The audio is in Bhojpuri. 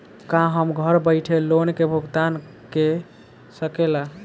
का हम घर बईठे लोन के भुगतान के शकेला?